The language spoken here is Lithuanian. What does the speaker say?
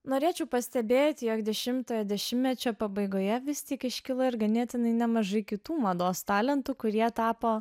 norėčiau pastebėti jog dešimtojo dešimtmečio pabaigoje vis tik iškilo ir ganėtinai nemažai kitų mados talentų kurie tapo